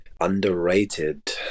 underrated